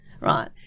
right